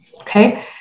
okay